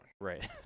Right